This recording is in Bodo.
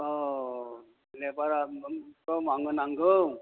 औ लेबार आंनो नांगौ